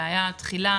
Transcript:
בתחילה